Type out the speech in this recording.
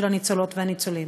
של הניצולות והניצולים.